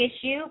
issue